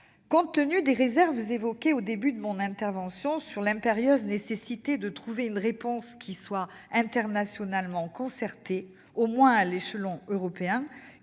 égard aux remarques formulées au début de mon intervention sur l'impérieuse nécessité de trouver une réponse internationalement concertée, au moins à l'échelon européen,